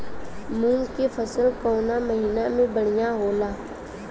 मुँग के फसल कउना महिना में बढ़ियां होला?